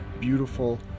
beautiful